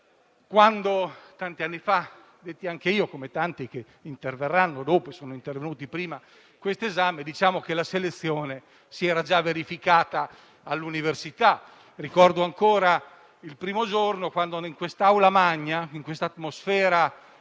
esame, molti anni fa come tanti che interverranno dopo o sono intervenuti prima di me, la selezione si era già verificata all'università. Ricordo ancora il primo giorno quando in aula magna, in un'atmosfera